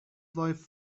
life